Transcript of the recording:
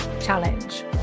challenge